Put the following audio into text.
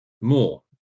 more